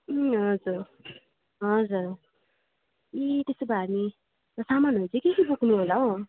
हजुर हजुर ए त्यसो भए हामी सामानहरू चाहिँ के के बोक्नुहोला हौ